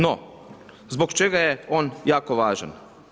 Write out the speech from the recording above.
No, zbog čega je on jako važan?